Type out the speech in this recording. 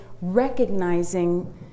recognizing